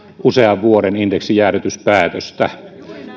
usean vuoden indeksijäädytyspäätöstä